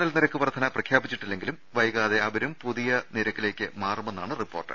L നിരക്ക് വർദ്ധന പ്രഖ്യാപിച്ചിട്ടി ല്ലെങ്കിലും വൈകാതെ അവരും പുതിയ നിരക്കിലേക്ക് മാറുമെന്നാണ് റിപ്പോർട്ട്